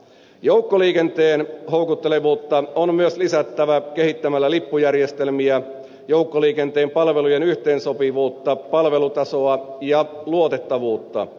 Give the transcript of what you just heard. joukkoliikenteen houkuttelevuutta on myös lisättävä kehittämällä lippujärjestelmiä joukkoliikenteen palvelujen yhteensopivuutta palvelutasoa ja luotettavuutta